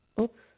Oops